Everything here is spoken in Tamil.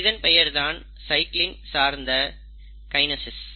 இதன் பெயர்தான் சைக்கிளின் சார்ந்த கைனசெஸ்